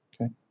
Okay